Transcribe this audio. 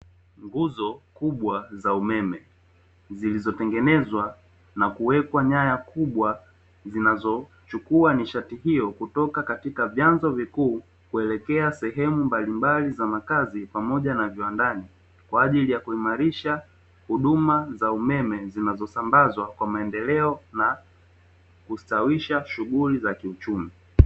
Nguzo kubwa za umeme zilizotengenezwa na kuwekwa nyaya kubwa zinazochukua nishati hiyo kutoka katika vyanzo vikuu, kuelekea sehemu mbalimbali za makazi pamoja na viwandani kwa ajili ya kuhimarisha huduma za umeme zinazosambazwa Kwa maendeleo na kustawisha shughuli za kiuchumi.